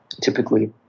typically